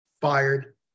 fired